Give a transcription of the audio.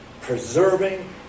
preserving